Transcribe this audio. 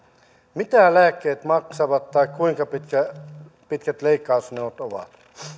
mitä lääkkeet maksavat tai kuinka pitkät pitkät leikkausjonot ovat